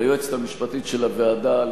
ליועצת המשפטית של הוועדה,